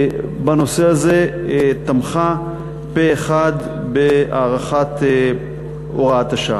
בנושא הזה תמכה פה-אחד בהארכת הוראת השעה.